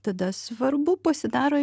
tada svarbu pasidaro